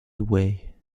away